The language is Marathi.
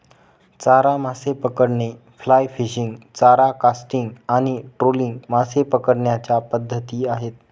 चारा मासे पकडणे, फ्लाय फिशिंग, चारा कास्टिंग आणि ट्रोलिंग मासे पकडण्याच्या पद्धती आहेत